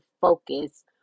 focus